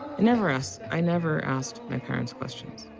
never asked. i never asked my parents questions.